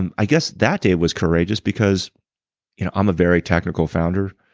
and i guess, that day was courageous because you know i'm a very technical founder.